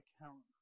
account